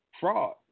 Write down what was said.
Fraud